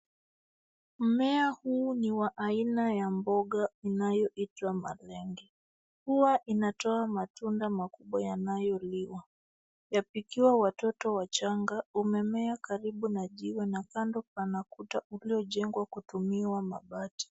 Mmea huu ni wa aina ya mboga inayoitwa malenge. Huwa inatoa matunda makubwa yanayo liwa. Yapikiwa watoto wachanga, umemea karibu na jiwe na kando pana kuta uliojengwa kutumia mabati.